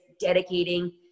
dedicating